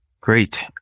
Great